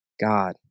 God